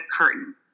curtain